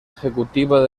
ejecutiva